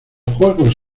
juegos